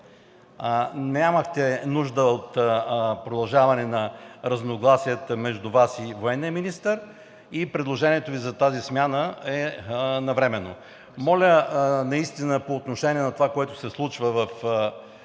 Нямахте нужда от продължаване на разногласията между Вас и военния министър и предложението Ви за тази смяна е навременно. По отношение на това, което се случва в